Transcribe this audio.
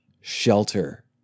shelter